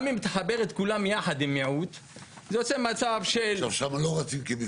גם אם תחבר את כולם יחד זה ייצור מצב של --- רצים כבודדים?